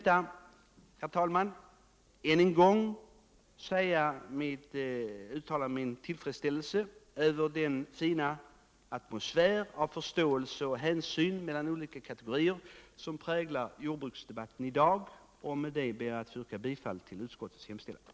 Jag vill: herr talman, än en gång uttala min tillfredsställelse över den fina atmosfär av förståelse och hänsyn mellan olika kategorier som präglar Iordbruksdebatten i dag. Med detta ber jag att få yrka bifall till jordbruksutskottets hemställan.